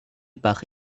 par